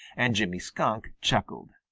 and jimmy skunk chuckled.